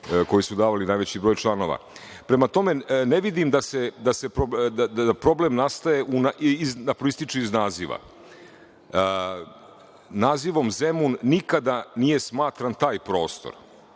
koji su davali najveći broj članova. Prema tome, ne vidim da problem proističe iz naziva. Nazivom Zemun nikada nije smatran taj prostor